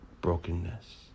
brokenness